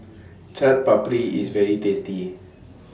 Chaat Papri IS very tasty